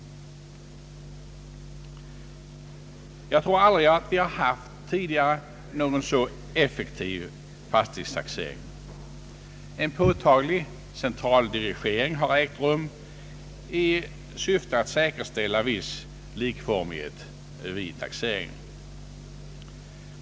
Jag tror att vi aldrig tidigare haft någon så effektiv fastighetstaxering. En påtaglig centraldirigering har ägt rum i syfte att säkerställa likformigheten vid taxeringen. Utrymmet för individuell taxering har varit begränsat.